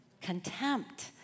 contempt